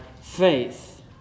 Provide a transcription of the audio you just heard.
faith